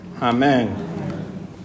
Amen